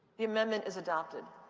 the amendment is adopted.